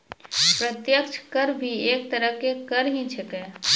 प्रत्यक्ष कर भी एक तरह के कर ही छेकै